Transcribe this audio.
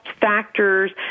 factors